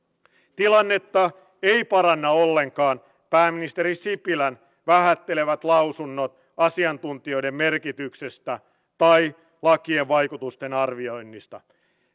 tilannetta eivät paranna ollenkaan pääministeri sipilän vähättelevät lausunnot asiantuntijoiden merkityksestä tai lakien vaikutusten arvioinnista